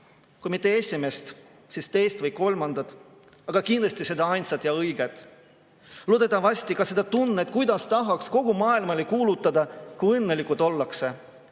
Kui mitte esimest, siis teist või kolmandat, aga kindlasti seda ainsat ja õiget, loodetavasti ka seda tunnet, kuidas tahaks kogu maailmale kuulutada, kui õnnelikud ollakse.